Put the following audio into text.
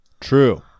true